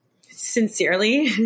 Sincerely